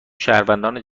شهروندان